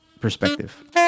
Perspective